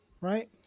right